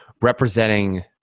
representing